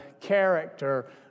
character